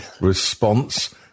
response